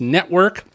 Network